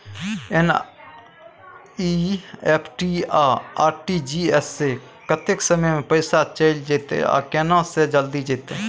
NEFT आ RTGS स कत्ते समय म पैसा चैल जेतै आ केना से जल्दी जेतै?